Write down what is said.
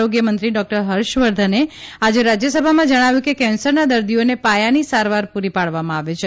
આરોગ્ય મંત્રી ડાક્ટર ફર્ષવર્ધને આજે રાજ્યસભામાં જણાવ્યું કે કેન્સરના દર્દીઓને પાયાની સારવાર પૂરી પાડવામાં આવે છે